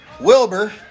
Wilbur